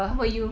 how about you